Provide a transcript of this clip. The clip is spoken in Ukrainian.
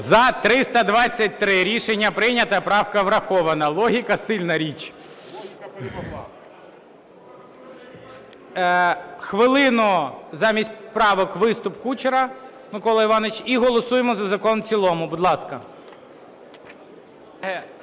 За-323 Рішення прийнято. Правка врахована. Логіка – сильна річ. Хвилину замість правок – виступ Кучера Миколи Івановича, і голосуємо за закон у цілому. Будь ласка.